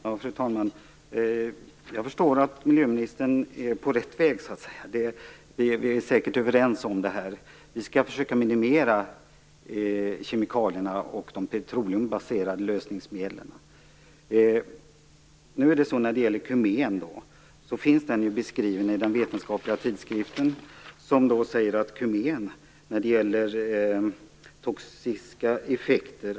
Fru talman! Jag förstår att miljöministern är på rätt väg. Vi är säkert överens om det här. Vi skall försöka minimera kemikalierna och de petroleumbaserade lösningsmedlen. Kumen finns beskrivet i en vetenskaplig tidskrift. Där står det om kumenets toxiska effekter.